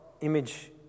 image